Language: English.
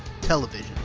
television